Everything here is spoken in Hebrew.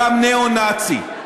גם "ניאו-נאצי".